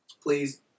Please